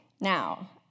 Now